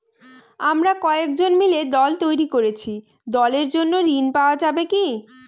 আমরা কয়েকজন মিলে দল তৈরি করেছি দলের জন্য ঋণ পাওয়া যাবে কি?